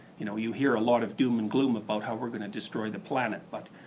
you know, you hear a lot of doom and gloom about how we're gonna destroy the planet, but